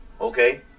okay